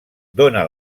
dóna